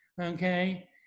okay